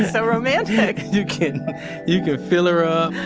so romantic! you can you can feel her up.